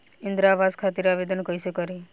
इंद्रा आवास खातिर आवेदन कइसे करि?